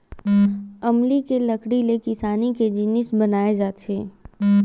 अमली के लकड़ी ले किसानी के जिनिस बनाए जाथे